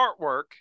artwork